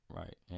right